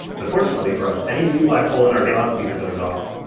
but fortunately for us, any new black hole in our galaxy that goes off,